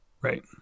right